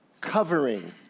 covering